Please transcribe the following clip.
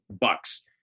bucks